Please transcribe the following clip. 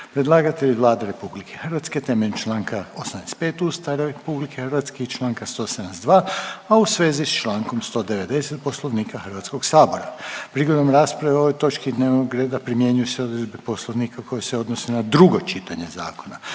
Predlagatelj je Vlada Republike Hrvatske temeljem članka 85. Ustava Republike Hrvatske i članka 172. a u svezi sa člankom 190. Poslovnika Hrvatskog sabora. Prigodom rasprave o ovoj točki dnevnog reda primjenjuju se odredbe Poslovnika koje se odnose na drugo čitanje zakona.